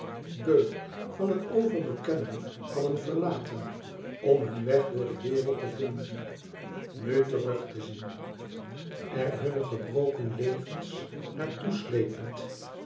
beu van het overbekende hadden verlaten om hun weg door de wereld te vinden nu terug te zien er hunne gebroken levens naar